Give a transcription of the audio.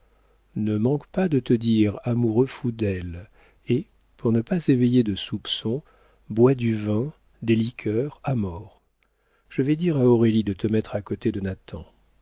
ne manque pas de te dire amoureux-fou d'elle et pour ne pas éveiller de soupçons bois du vin des liqueurs à mort je vais dire à aurélie de te mettre à côté de